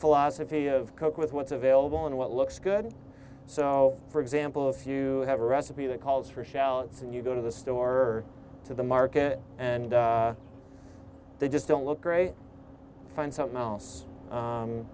philosophy of coke with what's available and what looks good so for example if you have a recipe that calls for shallots and you go to the store to the market and they just don't look great i find something else